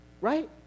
right